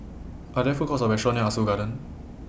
Are There Food Courts Or restaurants near Ah Soo Garden